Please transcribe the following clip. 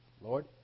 Lord